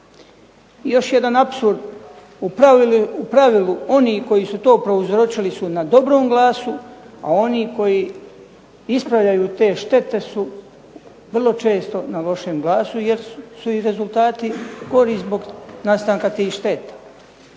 Još jedan apsurd u pravilu oni koji su to prouzročili su na dobrom glasu, a oni koji ispravljaju te štete su vrlo često na lošem glasu, jer su i rezultati gori zbog nastanka tih šteta,